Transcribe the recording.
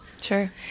Sure